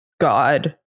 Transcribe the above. God